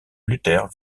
luther